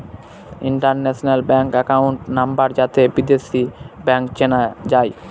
international bank account number যাতে বিদেশী bank চেনা যায়